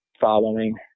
following